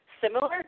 similar